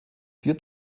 vier